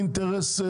הכול חלק מהתחשיב.